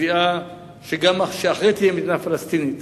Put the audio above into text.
התביעה שאחרי שתהיה מדינה פלסטינית,